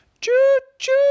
choo-choo